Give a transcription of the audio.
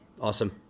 Awesome